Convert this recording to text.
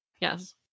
yes